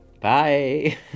Bye